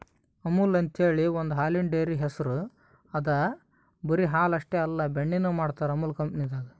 ಅಮುಲ್ ಅಂಥೇಳಿ ಒಂದ್ ಹಾಲಿನ್ ಡೈರಿ ಹೆಸ್ರ್ ಅದಾ ಬರಿ ಹಾಲ್ ಅಷ್ಟೇ ಅಲ್ಲ ಬೆಣ್ಣಿನು ಮಾಡ್ತರ್ ಅಮುಲ್ ಕಂಪನಿದಾಗ್